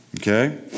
Okay